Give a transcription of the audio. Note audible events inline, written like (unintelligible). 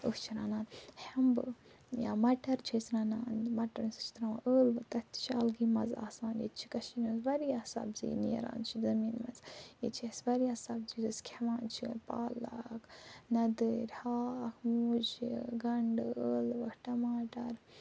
أسۍ چھِ رَنان ہٮ۪مبہٕ یا مٹر چھِ أسۍ رَنان مَٹر سُہ چھِ ترٛاوان ٲلوٕ تَتھ تہِ چھِ الگٕے مزٕ آسان ییٚتہِ چھِ کشمیٖر وارِیاہ سبزی نیران (unintelligible) ییٚتہِ چھِ اَسہِ وارِیاہ سبزی کھٮ۪وان چھِ پالک ندٕرۍ ہاکھ مُجہٕ گنٛڈٕ ٲلوٕ ٹماٹر